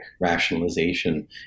rationalization